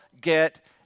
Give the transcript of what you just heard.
get